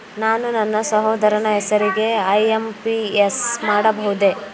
ನಾನು ನನ್ನ ಸಹೋದರನ ಹೆಸರಿಗೆ ಐ.ಎಂ.ಪಿ.ಎಸ್ ಮಾಡಬಹುದೇ?